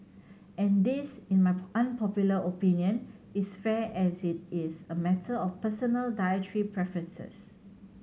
and this in my unpopular opinion is fair as it is a matter of personal dietary preferences